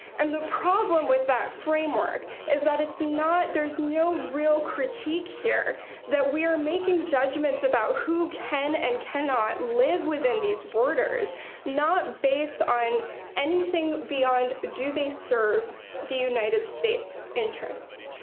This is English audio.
and the problem with that framework is that it's not there's no real critique here that we are making judgments about who can and cannot live within these borders not based on anything beyond do they serve the united states' interests,